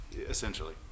Essentially